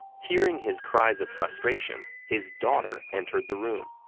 hearing his cries of frustration, his daughter entered the room.